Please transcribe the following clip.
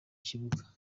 kibuga